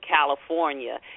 california